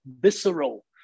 visceral